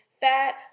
fat